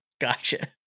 Gotcha